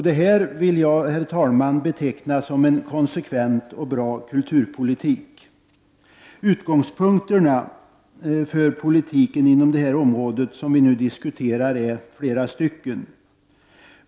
Det här vill jag, herr talman, beteckna som en konsekvent och bra kulturpolitik. Utgångspunkterna för politiken inom det område som vi nu diskuterar är flera.